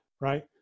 right